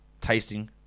tasting